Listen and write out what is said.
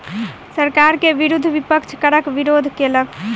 सरकार के विरुद्ध विपक्ष करक विरोध केलक